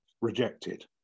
rejected